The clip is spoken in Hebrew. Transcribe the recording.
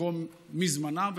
ולתרום מזמנם,